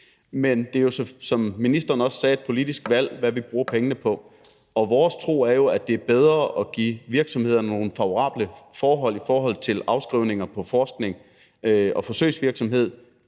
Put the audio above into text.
men det er jo, som ministeren også sagde, et politisk valg, hvad vi bruger pengene på. Og vores tro er jo, at det er bedre at give virksomheder nogle favorable forhold i forhold til afskrivninger på forskning og forsøgsvirksomhed